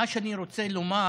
מה שאני רוצה לומר,